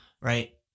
right